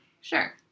Sure